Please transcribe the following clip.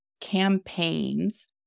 campaigns